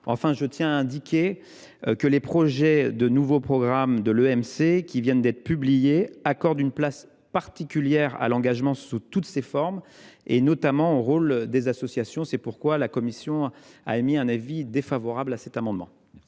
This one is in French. Enfin, les projets de nouveau programme de l’EMC qui viennent d’être publiés accordent une place particulière à l’engagement sous toutes ses formes, notamment au rôle des associations. C’est pourquoi la commission a émis un avis défavorable sur cet amendement.